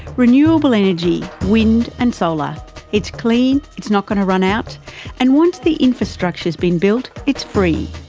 renewable energy wind and solar it's clean, it's not going to run out and once the infrastructure's been built it's free.